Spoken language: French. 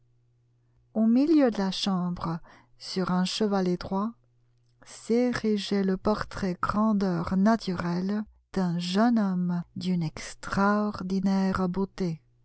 au milieu de la chambre sur un chevalet droit s'érigeait le portrait grandeur naturelle d'un jeune homme d'une extraordinaire beauté